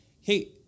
hey